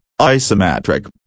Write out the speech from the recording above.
isometric